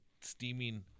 Steaming